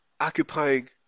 occupying